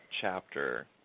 chapter